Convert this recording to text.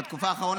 בתקופה האחרונה,